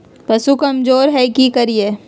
पशु कमज़ोर है कि करिये?